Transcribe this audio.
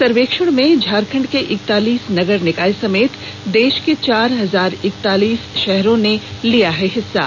सर्वेक्षण में झारखंड के इकतालीस नगर निकाय समेत देश के चार हजार इकतालीस शहरों नें लिया है हिस्सा